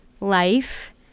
life